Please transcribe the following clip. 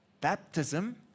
baptism